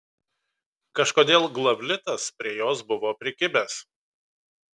kažkodėl glavlitas prie jos buvo prikibęs